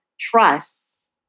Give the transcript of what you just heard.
trust